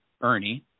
ernie